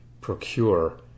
procure